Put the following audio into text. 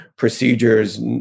Procedures